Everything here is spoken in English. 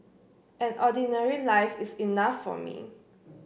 an ordinary life is enough for me